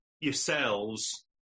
yourselves